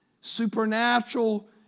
supernatural